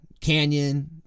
canyon